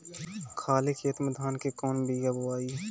खाले खेत में धान के कौन बीया बोआई?